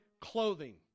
clothing